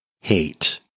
hate